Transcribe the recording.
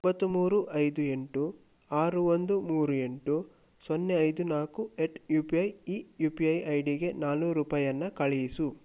ಒಂಬತ್ತು ಮೂರು ಐದು ಎಂಟು ಆರು ಒಂದು ಮೂರು ಎಂಟು ಸೊನ್ನೆ ಐದು ನಾಲ್ಕು ಎಟ್ ಯು ಪಿ ಐ ಈ ಯು ಪಿ ಐ ಐ ಡಿಗೆ ನಾಲ್ನೂರು ರೂಪಾಯಿಯನ್ನ ಕಳಿಸು